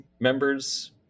members